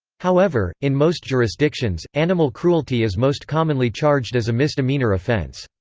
however, in most jurisdictions, animal cruelty is most commonly charged as a misdemeanor offense.